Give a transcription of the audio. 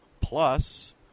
plus